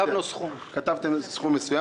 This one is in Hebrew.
כתבנו סכום.